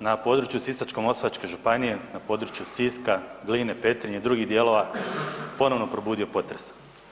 na području Sisačko-moslavačke županije, na području Siska, Gline, Petrinje i drugih dijelova ponovno probudio potres.